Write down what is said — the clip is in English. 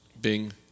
Bing